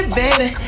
baby